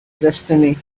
destiny